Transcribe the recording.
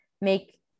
make